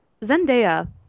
Zendaya